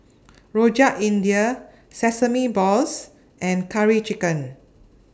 Rojak India Sesame Balls and Curry Chicken